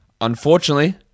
unfortunately